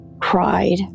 cried